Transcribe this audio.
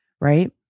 right